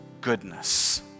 goodness